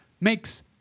makes